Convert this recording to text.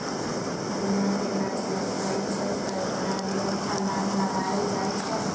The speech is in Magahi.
घिउरा के गाछ लथरइ छइ तऽ एकरा लेल अलांन लगायल जाई छै